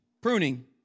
pruning